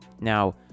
Now